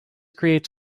creates